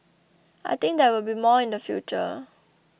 I think there will be more in the future